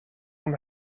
اون